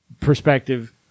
perspective